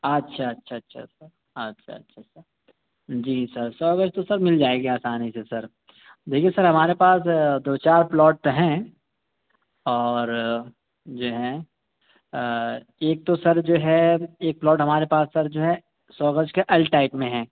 اچھا اچھا اچھا اچھا اچھا اچھا اچھا اچھا اچھا جی سر سو گز تو سر مِل جائے گی آسانی سے سر دیکھیے سر ہمارے پاس دو چار پلاٹ تو ہیں اور جو ہیں ایک تو سر جو ہے ایک پلاٹ ہمارے پاس سر جو ہے سو گز کے ایل ٹائپ میں ہیں